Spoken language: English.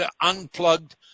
unplugged